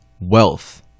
Wealth